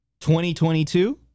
2022